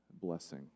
blessing